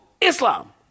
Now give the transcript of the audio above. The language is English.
Islam